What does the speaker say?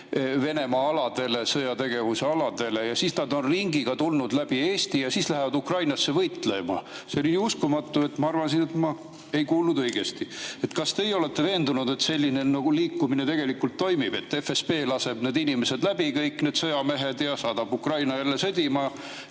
Venemaa aladele, sõjategevuse aladele, ja siis nad on ringiga tulnud läbi Eesti ja siis lähevad Ukrainasse võitlema. See oli nii uskumatu, et ma arvasin, et ma ei kuulnud õigesti. Kas teie olete veendunud, et selline liikumine tegelikult toimub? Et FSB laseb need inimesed läbi, kõik need sõjamehed, ja saadab Ukrainasse jälle sõdima?